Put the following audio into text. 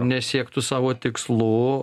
nesiektų savo tikslų